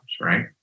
right